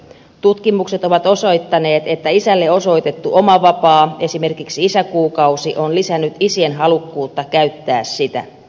tutkimukset ovat osoittaneet että isälle osoitettu oma vapaa esimerkiksi isäkuukausi on lisännyt isien halukkuutta käyttää sitä